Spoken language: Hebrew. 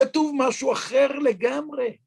כתוב משהו אחר לגמרי.